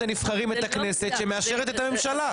הנבחרים ואת הכנסת שמאשרת את הממשלה.